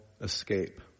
escape